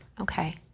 Okay